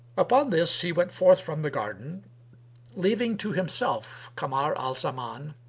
upon this, he went forth from the garden leaving to himself kamar al-zaman,